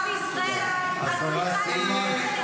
נעמה לזימי,